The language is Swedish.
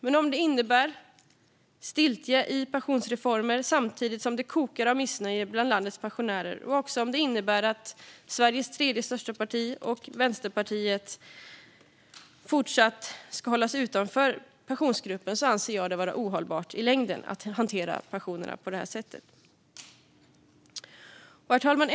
Men om det innebär stiltje i fråga om pensionsreformer samtidigt som det kokar av missnöje bland landets pensionärer, och att Sveriges tredje största parti och Vänsterpartiet fortsatt ska hållas utanför Pensionsgruppen, anser jag det vara ohållbart i längden att hantera pensionerna på detta sätt. Herr talman!